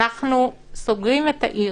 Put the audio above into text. אנחנו סוגרים את העיר,